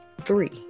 three